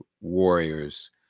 warriors